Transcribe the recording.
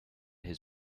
his